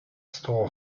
stall